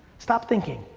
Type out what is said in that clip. stop thinking,